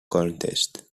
contest